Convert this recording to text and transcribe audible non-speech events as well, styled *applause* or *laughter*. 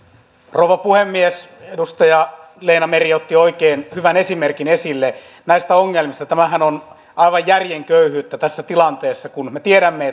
rouva puhemies edustaja leena meri otti oikein hyvän esimerkin esille näistä ongelmista tämähän on aivan järjen köyhyyttä tässä tilanteessa kun me me tiedämme *unintelligible*